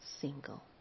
single